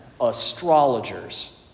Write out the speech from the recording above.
astrologers